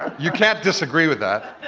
ah you can't disagree with that.